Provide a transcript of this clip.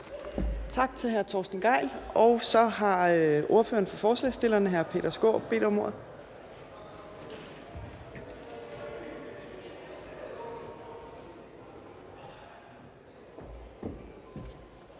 Tak til hr. Torsten Gejl. Så har ordføreren for forslagsstillerne, hr. Peter Skaarup, bedt om ordet.